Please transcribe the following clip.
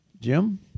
Jim